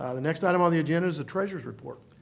ah the next item on the agenda is the treasurer's report.